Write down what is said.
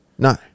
No